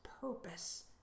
purpose